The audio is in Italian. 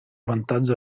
vantaggio